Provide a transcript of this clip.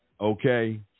okay